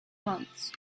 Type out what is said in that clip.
months